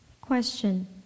Question